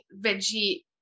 veggie